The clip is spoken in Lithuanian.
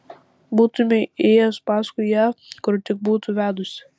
būtumei ėjęs paskui ją kur tik būtų vedusi